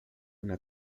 una